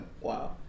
Wow